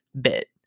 bit